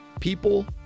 people